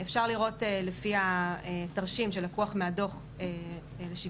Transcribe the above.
אפשר לראות לפי התרשים שלקוח מהדוח לשוויון